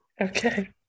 Okay